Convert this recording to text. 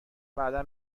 بعدا